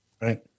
Right